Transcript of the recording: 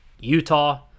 Utah